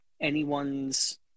anyone's